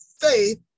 faith